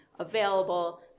Available